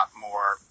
more